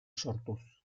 sortuz